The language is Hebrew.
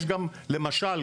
למשל,